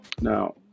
Now